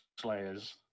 slayers